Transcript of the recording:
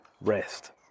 rest